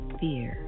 fear